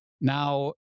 Now